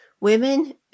Women